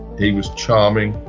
he was charming,